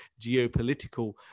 geopolitical